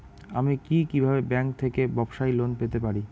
আমি কি কিভাবে ব্যাংক থেকে ব্যবসায়ী লোন পেতে পারি?